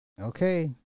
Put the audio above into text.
Okay